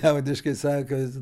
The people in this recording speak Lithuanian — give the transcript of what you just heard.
liaudiškai sakant